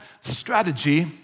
strategy